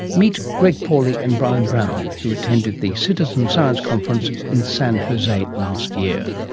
meet greg pauly and brian brown who attended the citizen science conference in san jose last year.